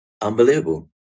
unbelievable